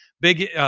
Big